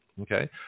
okay